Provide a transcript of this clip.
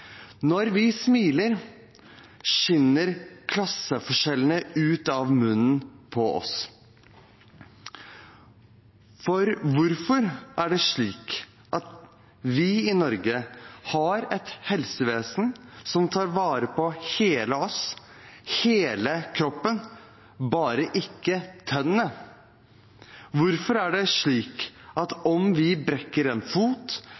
Når vi smiler, skinner klasseforskjellene ut av munnen på oss. Hvorfor er det slik at vi i Norge har et helsevesen som tar vare på hele oss, hele kroppen, bare ikke tennene? Hvorfor er det slik at om vi brekker en fot